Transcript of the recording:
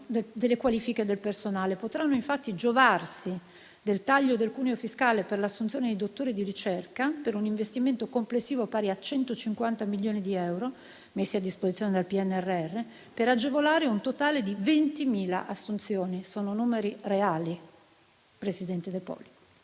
delle qualifiche del personale. Potranno infatti giovarsi del taglio del cuneo fiscale per l'assunzione di dottori di ricerca per un investimento complessivo pari a 150 milioni di euro, messi a disposizione dal PNRR, per agevolare un totale di 20.000 assunzioni. Sono numeri reali, presidente De Poli.